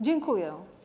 Dziękuję.